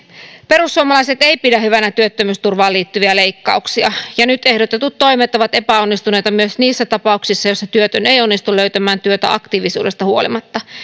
perussuomalaiset eivät pidä hyvänä työttömyysturvaan liittyviä leikkauksia ja nyt ehdotetut toimet ovat epäonnistuneita myös niissä tapauksissa joissa työtön ei onnistu löytämään työtä aktiivisuudesta huolimatta